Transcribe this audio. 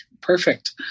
perfect